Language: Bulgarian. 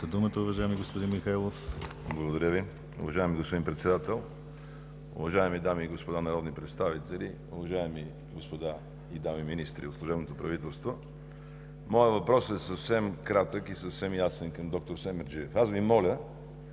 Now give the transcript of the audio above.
Моят въпрос е съвсем кратък и съвсем ясен към д р Семерджиев: аз Ви моля